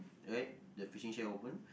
right the fishing chair open